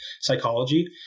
psychology